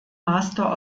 master